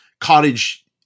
cottage